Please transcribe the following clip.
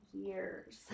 years